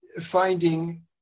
finding